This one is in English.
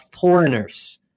foreigners